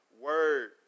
word